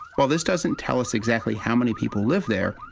while this doesn't tell us exactly how many people live there,